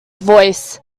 voice